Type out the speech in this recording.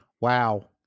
wow